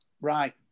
right